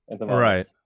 Right